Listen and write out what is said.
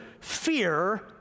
fear